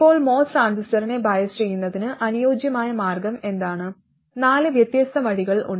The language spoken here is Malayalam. ഇപ്പോൾ MOS ട്രാൻസിസ്റ്ററിനെ ബയസ് ചെയ്യുന്നതിന് അനുയോജ്യമായ മാർഗം എന്താണ് നാല് വ്യത്യസ്ത വഴികൾ ഉണ്ട്